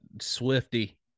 Swifty